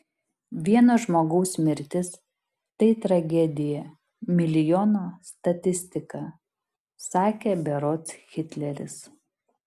vieno žmogaus mirtis tai tragedija milijono statistika sakė berods hitleris